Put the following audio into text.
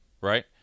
right